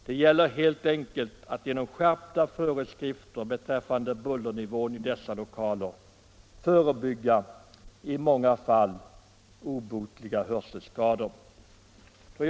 Det gäller helt enkelt att genom skärpta föreskrifter beträffande bullernivån i dessa lokaler förebygga i många fall obotliga hörselskador. Herr talman!